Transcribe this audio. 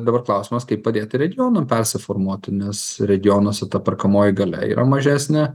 dabar klausimas kaip padėti regionam persiformuoti nes regionuose ta perkamoji galia yra mažesnė